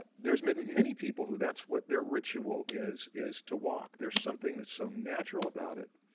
ah there's many many people who that's what their ritual is, is to walk. there's something that's so natural about it.